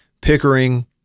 Pickering